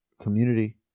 community